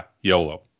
YOLO